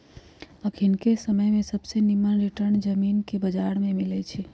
अखनिके समय में सबसे निम्मन रिटर्न जामिनके बजार में मिलइ छै